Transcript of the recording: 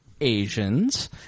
Asians